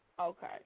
Okay